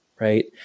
right